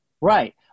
right